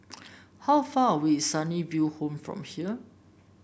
how far away is Sunnyville Home from here